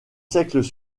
siècles